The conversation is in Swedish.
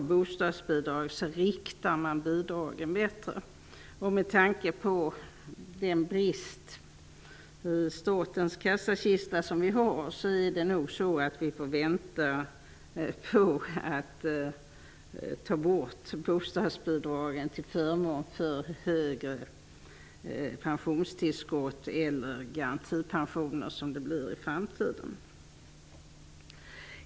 Med bostadsbidrag riktar man insatserna bättre, och med tanke på den brist i statens kassakista som vi har får vi nog vänta på att ta bort bostadsbidragen till förmån för högre pensionstillskott eller garantipensioner, som det blir i framtiden.